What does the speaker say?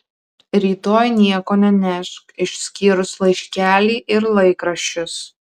rytoj nieko nenešk išskyrus laiškelį ir laikraščius